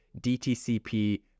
DTCP